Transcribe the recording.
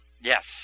Yes